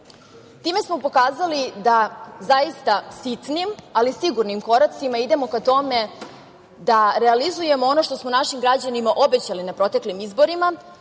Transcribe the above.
Time smo pokazali zaista sitnim, ali sigurnim koracima idemo ka tome da realizujemo ono što smo našim građanima obećali na proteklim izborima,